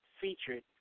featured